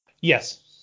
Yes